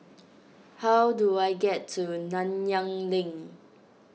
how do I get to Nanyang Link